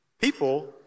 People